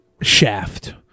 Shaft